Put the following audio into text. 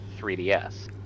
3ds